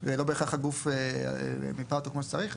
ולא בהכרח הגוף מיפה אותו כמו שצריך.